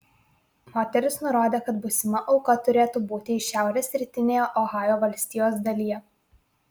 moteris nurodė kad būsima auka turėtų būti iš šiaurės rytinėje ohajo valstijos dalyje